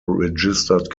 registered